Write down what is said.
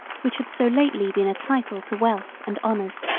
which had so lately been a title to wealth and honors,